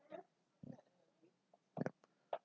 ya